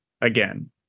again